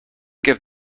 give